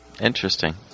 Interesting